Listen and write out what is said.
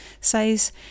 says